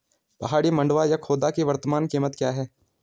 पहाड़ी मंडुवा या खोदा की वर्तमान कीमत क्या है?